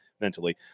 mentally